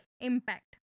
impact